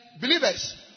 believers